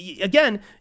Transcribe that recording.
again